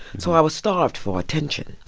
so i was starved for attention.